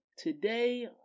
Today